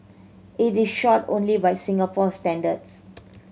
it is short only by Singapore standards